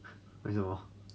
为什么